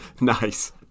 Nice